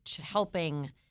helping